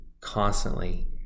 constantly